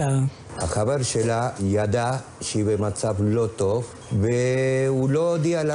דברים אחרים האחריות שלנו היא לתכלל את כל האירוע הזה